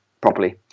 properly